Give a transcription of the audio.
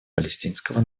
палестинского